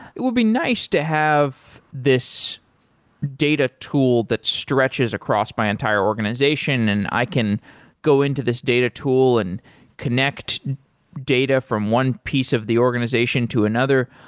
it will be nice to have this data tool that stretches across my entire organization and i can go into this data tool and connect data from one piece of the organization to another.